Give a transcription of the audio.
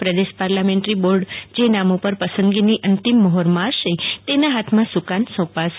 પ્રદેશ parliamentary board જે નામો પર પસંદગીની અંતિમ મહોર મારશે તેના હાથમાં સુકાન સોંપાશે